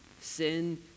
Sin